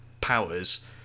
powers